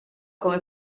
come